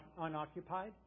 unoccupied